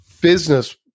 business